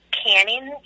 canning